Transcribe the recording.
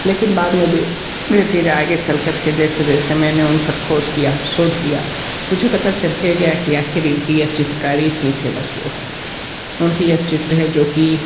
लेकिन बाद में भी धीरे धीरे आगे चलकर के जैसे जैसे मैंने उन पर खोज किया शोध किया मुझे पता चलते गया कि आखिर इनकी यह चित्रकारी इतनी फ़ेमस क्यों है उनकी यह चित्र है जो कि